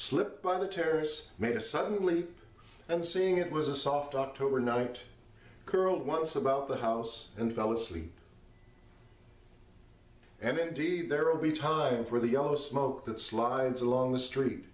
slip by the tears made a suddenly and seeing it was a soft october night curled once about the house and fell asleep and then d there'll be time for the yellow smoke that slides along the street